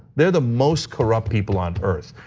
they're the most corrupt people on earth.